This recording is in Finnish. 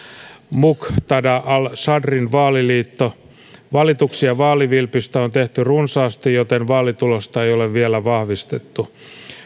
muqtada al sadrin vaaliliitto valituksia vaalivilpistä on on tehty runsaasti joten vaalitulosta ei ole vielä vahvistettu